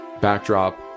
backdrop